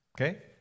Okay